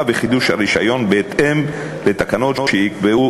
ולחידוש הרישיון בהתאם לתקנות שיקבעו